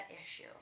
issue